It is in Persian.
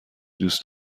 دوست